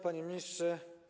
Panie Ministrze!